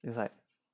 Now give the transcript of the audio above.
it's like